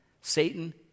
Satan